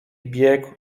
biegł